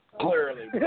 Clearly